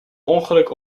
ongeluk